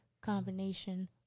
combination